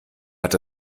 hat